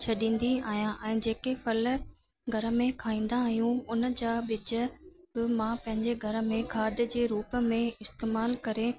छॾींदी आहियां ऐं जेके फल घर में खाईंदा आहियूं उन जा ॿिज बि मां पंहिंजे घर में खाध जे रूप में इस्तमालु करे